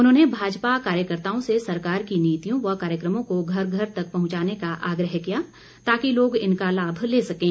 उन्होंने भाजपा कार्यकर्ताओं से सरकार की नीतियों व कार्यक्रमों को घर घर तक पहुंचाने का आग्रह किया ताकि लोग इनका लाभ ले सकें